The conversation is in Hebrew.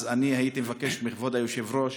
הייתי מבקש מכבוד היושב-ראש